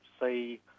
see